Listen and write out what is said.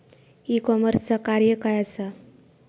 E कॉमर्सचा कार्य काय असा?